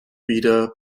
wieder